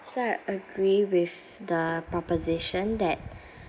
so I agree with the proposition that